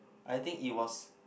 I think it was